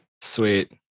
Sweet